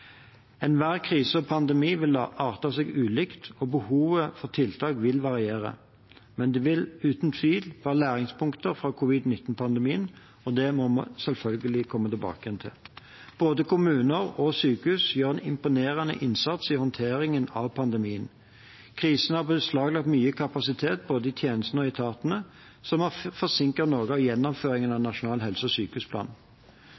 Enhver krise og pandemi vil arte seg ulikt, og behovet for tiltak vil variere, men det vil uten tvil være læringspunkter fra covid-19-pandemien, og det må vi selvfølgelig komme tilbake igjen til. Både kommuner og sykehus gjør en imponerende innsats i håndteringen av pandemien. Krisen har beslaglagt mye kapasitet både i tjenestene og i etatene, som har forsinket noe av gjennomføringen av